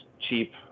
cheap